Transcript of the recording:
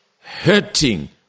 hurting